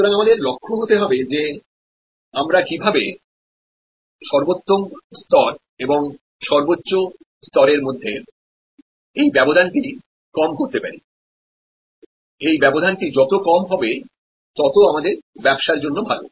সুতরাং আমাদের লক্ষ্য হতে হবে যে আমরা কীভাবে সর্বোত্তম স্তর এবং সর্বোচ্চ স্তরের মধ্যে এই ব্যবধানটি কম করতে পারি এই ব্যবধান টি যত কম হবে ততো আমাদের ব্যবসার জন্য ভালো